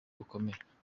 bukomeye